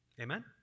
Amen